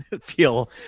feel